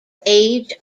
age